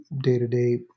day-to-day